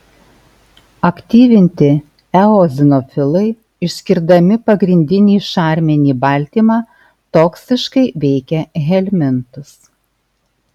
aktyvinti eozinofilai išskirdami pagrindinį šarminį baltymą toksiškai veikia helmintus